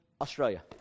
Australia